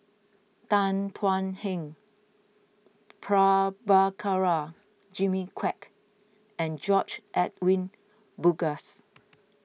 Tan Thuan Heng Prabhakara Jimmy Quek and George Edwin Bogaars